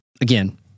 again